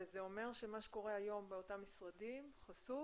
וזה אומר שמה שקורה היום באותם משרדים חשוף?